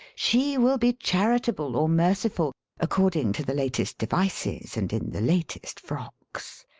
she will be charitable or merciful according to the latest devices and in the latest frocks.